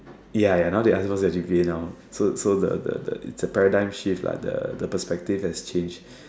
ya ya now they ask you what's your G_P_A now so so the the the it's the paradigm shift lah the perspective have changed